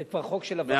זה כבר חוק של הוועדה.